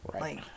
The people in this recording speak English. Right